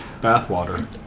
bathwater